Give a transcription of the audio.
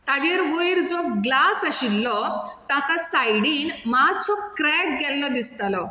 ताजेर वयर जो ग्लास आशिल्लो ताका सायडीन मातसो क्रॅक गेल्लो दिसतालो